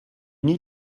need